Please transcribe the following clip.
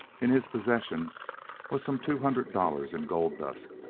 in his possession was some two hundred dollars in gold-dust,